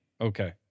Okay